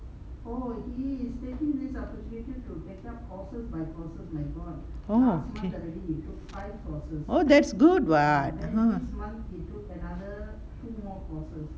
orh oh that's good ha ha